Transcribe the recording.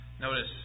Notice